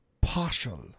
partial